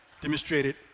demonstrated